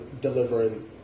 delivering